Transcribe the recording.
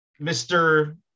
Mr